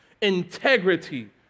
Integrity